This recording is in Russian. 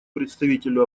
представителю